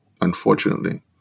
unfortunately